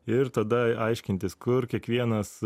ir tada aiškintis kur kiekvienas